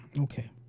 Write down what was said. Okay